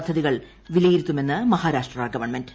പദ്ധതികൾ വിലയിരുത്തുമെന്ന് മഹാരാഷ്ട്ര ഗവൺമെന്റ്